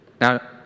Now